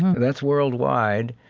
that's worldwide.